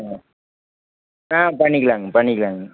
ஆ ஆ பண்ணிக்கலாங்க பண்ணிக்கலாங்க